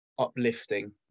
uplifting